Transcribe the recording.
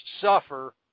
suffer